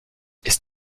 ist